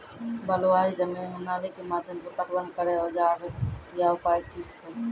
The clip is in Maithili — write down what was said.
बलूआही जमीन मे नाली के माध्यम से पटवन करै औजार या उपाय की छै?